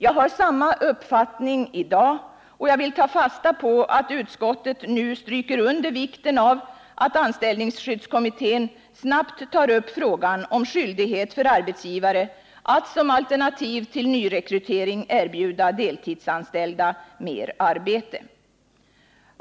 Jag har samma uppfattning i dag, och jag vill ta fasta på att utskottet nu stryker under vikten av att anställningsskyddskommittén snabbt tar upp frågan om skyldighet för arbetsgivare att som alternativ till nyrekrytering erbjuda deltidsanställda mer arbete.